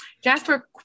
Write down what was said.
Jasper